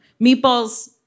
Meatballs